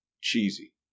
cheesy